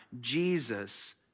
Jesus